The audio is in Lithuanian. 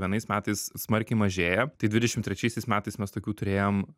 vienais metais smarkiai mažėja tai dvidešimt trečiaisiais metais mes tokių turėjom